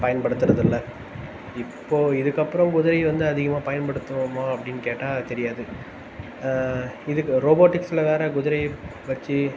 பயன்படுத்துகிறது இல்லை இப்போ இதுக்கப்புறம் குதிரை வந்து அதிகமாக பயன்படுத்துவோமா அப்படின்னு கேட்டால் தெரியாது இதுக்கு ரோபோட்டிக்ஸில் வேறு குதிரை வச்சு